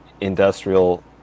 industrial